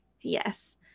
Yes